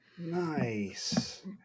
Nice